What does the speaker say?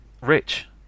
Rich